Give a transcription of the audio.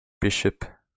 Bishop